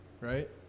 Right